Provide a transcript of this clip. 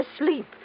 asleep